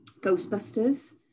Ghostbusters